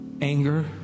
anger